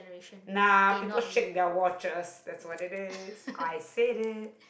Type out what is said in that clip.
nah people shake their watches that's what it is I said it